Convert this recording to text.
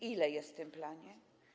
Ile jest w tym planie?